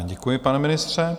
Děkuji, pane ministře.